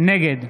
נגד